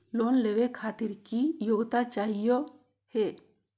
Loan लेवे खातीर की योग्यता चाहियो हे?